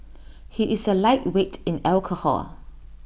he is A lightweight in alcohol